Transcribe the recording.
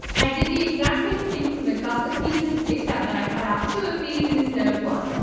i did the exact same thing for the gusset pieces, except that i cut out two of these instead of one.